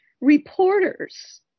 Reporters